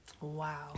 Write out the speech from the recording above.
wow